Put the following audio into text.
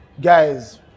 guys